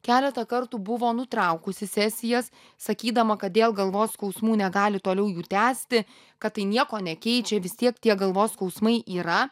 keletą kartų buvo nutraukusi sesijas sakydama kad dėl galvos skausmų negali toliau jų tęsti kad tai nieko nekeičia vis tiek tie galvos skausmai yra